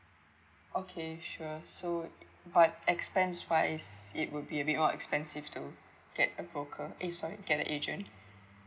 okay sure so but expense wise it will be a bit more expensive to get a broker eh sorry get a agent